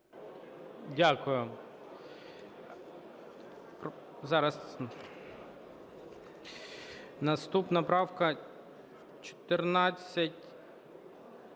Дякую.